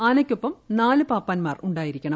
ആന യ്ക്കൊപ്പം നാലു പാപ്പാന്മാരുണ്ടായിരിക്കണം